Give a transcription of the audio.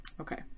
okay